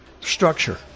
structure